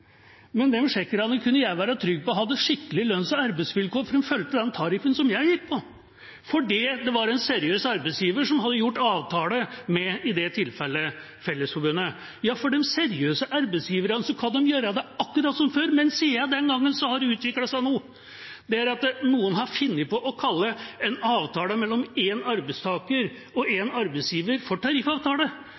Men de tsjekkerne kunne jeg være trygg på hadde skikkelige lønns- og arbeidsvilkår, for de fulgte den tariffen som jeg gikk på – fordi det var en seriøs arbeidsgiver som hadde gjort avtale med, i det tilfellet, Fellesforbundet. De seriøse arbeidsgiverne kan gjøre det akkurat som før, men siden den gangen har det utviklet seg noe, der noen har funnet på å kalle en avtale mellom én arbeidstaker og én arbeidsgiver for tariffavtale,